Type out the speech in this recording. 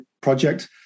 project